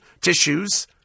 tissues